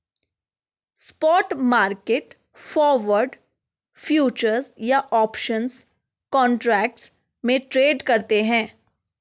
spot market forward, futures या options contract में trade करते हैं